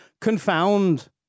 confound